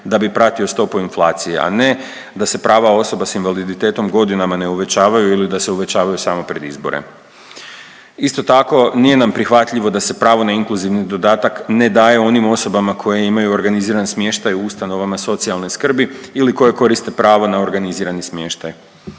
da bi pratio stopu inflacije, a ne da se prava osoba s invaliditetom godinama ne uvećavaju ili da se uvećavaju samo pred izbore. Isto tako nije nam prihvatljivo da se pravo na inkluzivni dodatak ne daje onim osobama koje imaju organiziran smještaj u ustanovama socijalne skrbi ili koji koriste pravo na organizirani smještaj.